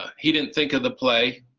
he didn't think of the play,